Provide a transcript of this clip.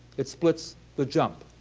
it splits the jump.